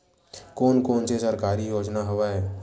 कोन कोन से सरकारी योजना हवय?